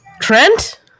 Trent